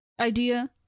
idea